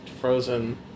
frozen